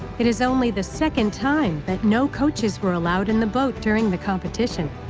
it is only the second time that no coaches were allowed in the boat during the competition,